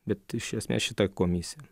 bet iš esmės šita komisija